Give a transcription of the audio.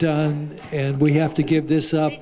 done and we have to give this up